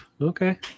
Okay